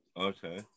Okay